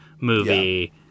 movie